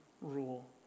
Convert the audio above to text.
rule